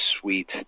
sweet